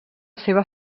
seva